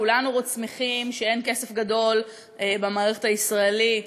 כולנו שמחים שאין כסף גדול במערכת הישראלית.